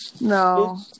No